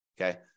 Okay